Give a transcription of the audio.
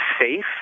safe